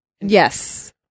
Yes